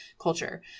culture